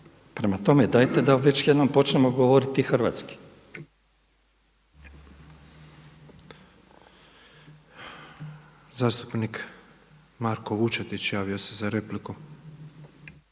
Prema tome, dajte da već jednom počnemo govoriti hrvatski. **Petrov, Božo (MOST)** Zastupnik Marko Vučetić javio se za repliku.